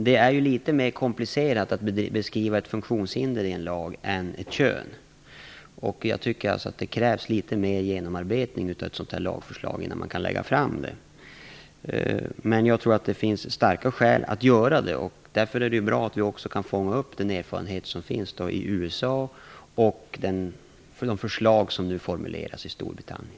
Det är litet mera komplicerat att beskriva ett funktionshinder i en lag än det är att beskriva ett kön. Det krävs därför, tycker jag, litet mer av genomarbetning av ett sådant här lagförslag innan det kan läggas fram. Jag tror att det finns starka skäl att göra det. Därför är det bra att vi kan fånga upp den erfarenhet som finns i USA och även de förslag som nu formuleras i Storbritannien.